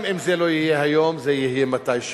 גם אם זה לא יהיה היום, זה יהיה מתישהו.